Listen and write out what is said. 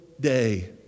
day